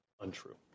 untrue